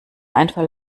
einfall